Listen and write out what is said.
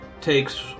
takes